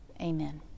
Amen